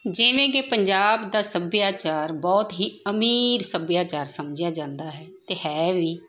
ਜਿਵੇਂ ਕਿ ਪੰਜਾਬ ਦਾ ਸੱਭਿਆਚਾਰ ਬਹੁਤ ਹੀ ਅਮੀਰ ਸੱਭਿਆਚਾਰ ਸਮਝਿਆ ਜਾਂਦਾ ਹੈ ਅਤੇ ਹੈ ਵੀ